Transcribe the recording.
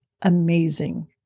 amazing